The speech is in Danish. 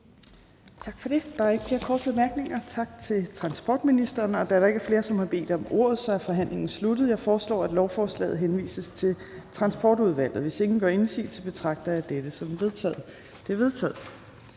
Tak for det. Der er ikke flere korte bemærkninger. Tak til transportministeren. Da der ikke er flere, der har bedt om ordet, er forhandlingen sluttet. Jeg foreslår, at lovforslaget henvises til Transportudvalget. Hvis ingen gør indsigelse, betragter jeg det som vedtaget.